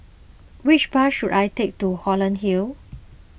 which bus should I take to Holland Hill